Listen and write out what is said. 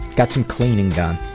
got some cleaning done.